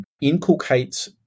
inculcates